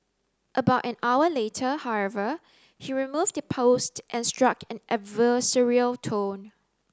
about an hour later however he removed the post and struck an adversarial tone